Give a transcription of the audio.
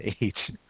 age